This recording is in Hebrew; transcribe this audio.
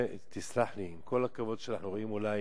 תסלח לי, עם כל הכבוד, כשאנחנו רואים אולי